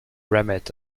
remit